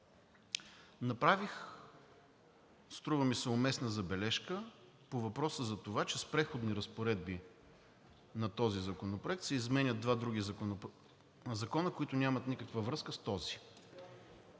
направих, струва ми се, уместна забележка по въпроса за това, че с Преходните разпоредби на този законопроект се изменят два други закона, които нямат никаква връзка с този.